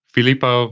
Filippo